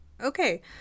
okay